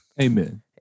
Amen